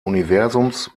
universums